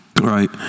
right